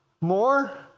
more